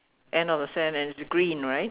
end of the sand and it's green right